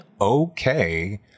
okay